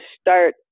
start